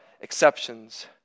exceptions